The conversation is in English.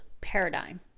paradigm